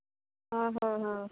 आं हां हां